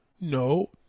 No